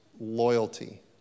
loyalty